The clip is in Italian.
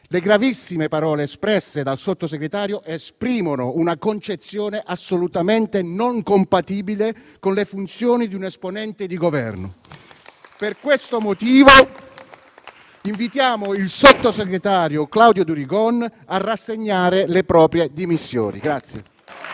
le gravissime parole espresse dal Sottosegretario indicano una concezione assolutamente non compatibile con le funzioni di un esponente di Governo. Per questo motivo, invitiamo il sottosegretario Claudio Durigon a rassegnare le proprie dimissioni.